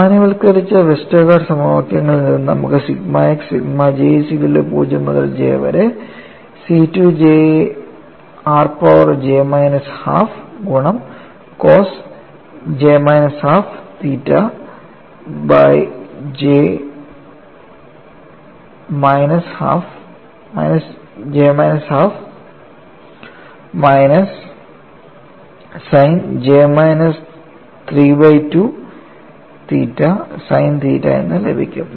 സാമാന്യവൽക്കരിച്ച വെസ്റ്റർഗാർഡ് സമവാക്യങ്ങളിൽ നിന്ന് നമുക്ക് സിഗ്മ x സിഗ്മ J0 മുതൽ J വരെ C 2j r power j minus half ഗുണം cos j minus half theta by j minus half minus sine j minus 3 by 2 theta sine theta എന്ന് ലഭിക്കും